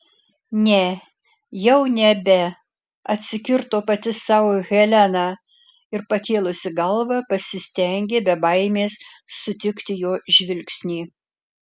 ne jau nebe atsikirto pati sau helena ir pakėlusi galvą pasistengė be baimės sutikti jo žvilgsnį